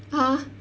!huh!